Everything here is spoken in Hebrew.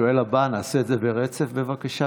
השואל הבא, נעשה את זה ברצף, בבקשה,